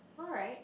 alright